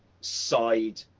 side